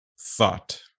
thought